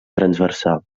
transversal